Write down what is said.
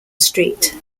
street